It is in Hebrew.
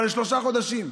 אבל לשלושה חודשים.